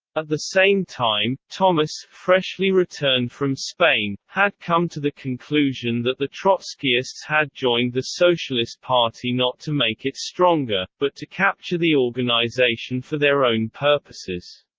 at the same time, thomas, freshly returned from spain, had come to the conclusion that the trotskyists had joined the socialist party not to make it stronger, but to capture the organization for their own purposes.